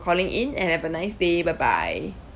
calling in and have a nice day bye bye